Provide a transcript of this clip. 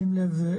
שים לב,